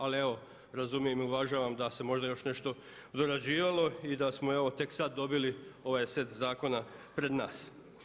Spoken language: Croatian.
Ali evo razumijem i uvažavam da se možda još nešto dorađivalo i da smo evo tek sad dobili ovaj set zakona pred nas.